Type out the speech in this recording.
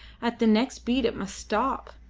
at the next beat it must stop.